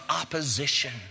opposition